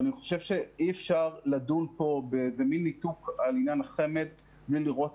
אני חושב שאי אפשר לדון פה במין ניתוק על עניין החמ"ד בלי לראות